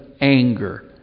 anger